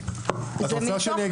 את רוצה שאני אגיב?